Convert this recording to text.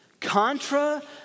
Contra